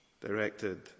directed